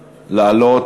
לעלות.